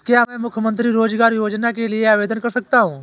क्या मैं मुख्यमंत्री रोज़गार योजना के लिए आवेदन कर सकता हूँ?